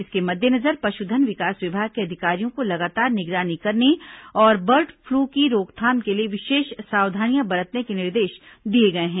इसके मद्देनजर पशुधन विकास विभाग के अधिकारियों को लगातार निगरानी करने और बर्ड फ्लू की रोकथाम के लिए विशेष सावधानियां बरतने को निर्देश दिए गए हैं